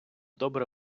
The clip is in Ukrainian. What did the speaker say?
добре